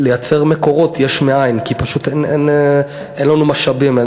לייצר מקורות יש מאין כי פשוט אין לנו משאבים.